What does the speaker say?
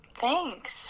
thanks